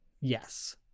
Yes